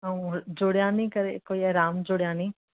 आऊं जुड़ियानी करे कोई आहे राम जुड़ियानी